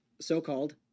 so-called